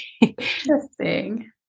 interesting